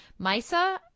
Misa